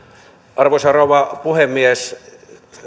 arvoisa rouva puhemies